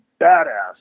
badass